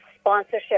sponsorship